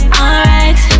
alright